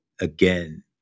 again